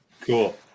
Cool